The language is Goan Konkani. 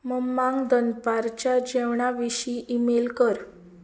मम्मांग दनपारच्या जेवणा विशीं इमेल कर